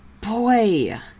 Boy